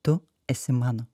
tu esi mano